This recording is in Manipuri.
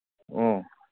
ꯑꯣ